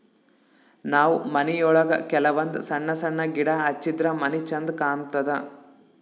ನಾವ್ ಮನಿಯೊಳಗ ಕೆಲವಂದ್ ಸಣ್ಣ ಸಣ್ಣ ಗಿಡ ಹಚ್ಚಿದ್ರ ಮನಿ ಛಂದ್ ಕಾಣತದ್